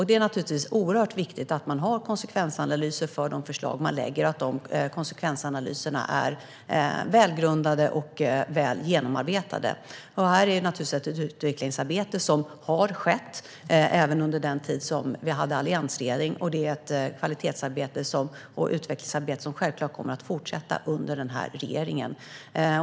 Det är naturligtvis oerhört viktigt att man gör konsekvensanalyser av de förslag man lägger fram och att de är välgrundade och väl genomarbetade. Här har det skett ett utvecklingsarbete även under alliansregeringens tid, och det kvalitets och utvecklingsarbetet kommer självklart att fortsätta under den här regeringen.